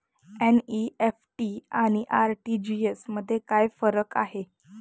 NEFT आणि RTGS मध्ये काय फरक आहे?